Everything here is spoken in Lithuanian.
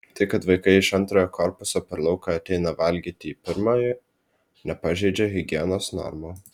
tai kad vaikai iš antrojo korpuso per lauką ateina valgyti į pirmąjį nepažeidžia higienos normų